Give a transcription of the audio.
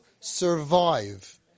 survive